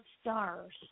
Stars